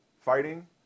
fighting